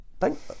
thank